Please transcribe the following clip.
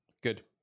good